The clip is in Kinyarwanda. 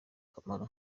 akamaro